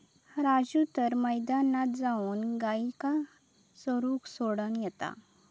राजू तर मैदानात जाऊन गायींका चरूक सोडान देता